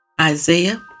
Isaiah